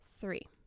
three